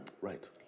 Right